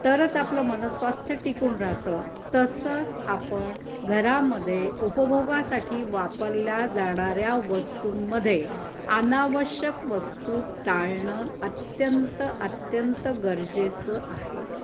तरच आपलं मनस्वास्थ्य टिकून राहतं तसंच आपण घरामध्ये उपभोगासाठी वापरल्या जाणाऱ्या वस्तूंमध्ये आनावश्यक वस्तू टाळणं अत्यंत अत्यंत गरजेचं आहे